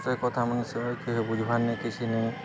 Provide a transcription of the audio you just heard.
ସେ କଥା ମନୁଷ୍ୟ କିହି ବୁଝବାର୍ ନି କିଛି ନି